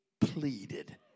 pleaded